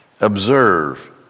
observe